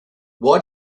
why